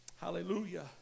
Hallelujah